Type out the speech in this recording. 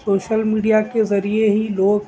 social media کے ذریعے ہی لوگ